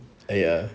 ya